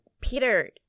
Peter